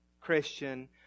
Christian